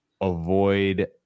avoid